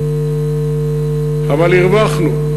אבל הרווחנו,